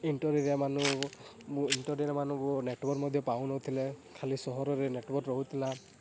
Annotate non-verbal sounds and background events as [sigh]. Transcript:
[unintelligible] ମାନଙ୍କୁ ମୁଁ [unintelligible] ମାନଙ୍କୁ ନେଟୱାର୍କ୍ ମଧ୍ୟ ପାଉ ନଥିଲେ ଖାଲି ସହରରେ ନେଟୱାର୍କ୍ ରହୁଥିଲା